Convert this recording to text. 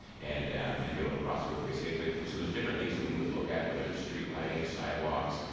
and um and be able to cross the roadway safely. so there's different things that we would look at, whether it is street lighting, sidewalks,